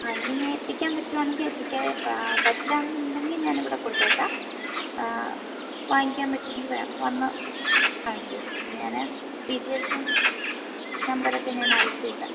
ആ എങ്കിൽ ഞാൻ എത്തിക്കാൻ പറ്റുവാണെങ്കിൽ എത്തിക്കാം പറ്റില്ല എന്നുണ്ടെങ്കിൽ ഞാനിവിടെ കൊടുത്തേക്കാം വാങ്ങിക്കാൻ പറ്റുവെങ്കിൽ വന്ന് വാങ്ങിച്ചോ ഞാൻ ഡീറ്റെയിൽസും നമ്പറും ഒക്കെ ഞാൻ അയച്ചേക്കാം